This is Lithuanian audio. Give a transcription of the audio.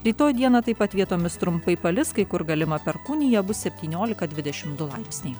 rytoj dieną taip pat vietomis trumpai palis kai kur galima perkūnija bus septyniolika dvidešim du laipsniai